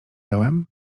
dałem